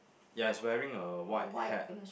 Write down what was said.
ya is wearing a white hat